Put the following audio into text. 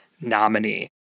nominee